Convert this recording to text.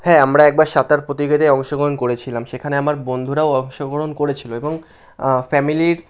হ্যাঁ আমরা একবার সাঁতার প্রতিযোগিতাতে অংশগ্রহণ করেছিলাম সেখানে আমার বন্ধুরাও অংশগ্রহণ করেছিলো এবং ফ্যামিলির